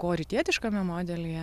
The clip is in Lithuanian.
ko rytietiškame modelyje